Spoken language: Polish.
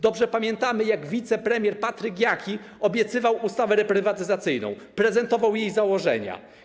Dobrze pamiętamy, jak wicepremier Patryk Jaki obiecywał ustawę reprywatyzacyjną, prezentował jej założenia.